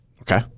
Okay